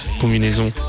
combinaison